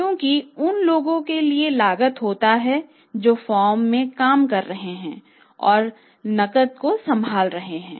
क्योंकि उन लोगों के लिए लागत होता है जो फर्म में काम कर रहे हैं और नकद को संभाल रहे हैं